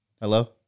hello